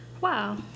wow